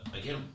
Again